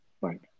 right